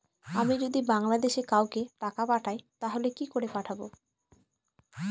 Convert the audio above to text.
আমি যদি বাংলাদেশে কাউকে টাকা পাঠাই তাহলে কি করে পাঠাবো?